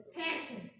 passion